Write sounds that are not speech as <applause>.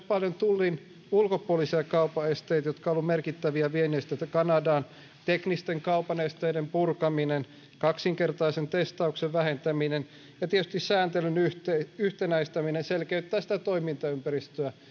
<unintelligible> paljon myös tullin ulkopuolisia kaupan esteitä jotka ovat olleet merkittäviä viennin esteitä kanadaan teknisten kaupan esteiden purkaminen kaksinkertaisen testauksen vähentäminen ja tietysti sääntelyn yhtenäistäminen selkeyttävät sitä toimintaympäristöä